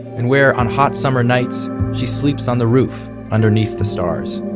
and where on hot summer nights she sleeps on the roof underneath the stars